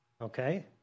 Okay